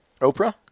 Oprah